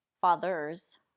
father's